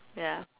ya